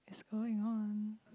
it's going on